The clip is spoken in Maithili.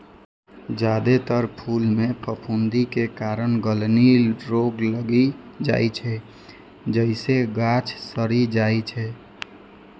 जादेतर फूल मे फफूंदी के कारण गलनी रोग लागि जाइ छै, जइसे गाछ सड़ि जाइ छै